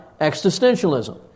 existentialism